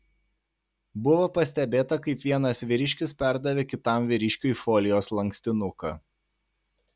buvo pastebėta kaip vienas vyriškis perdavė kitam vyriškiui folijos lankstinuką